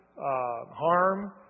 harm